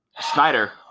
Snyder